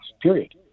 Period